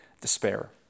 despair